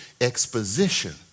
exposition